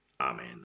Amen